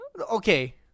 Okay